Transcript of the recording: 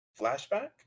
flashback